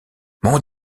mon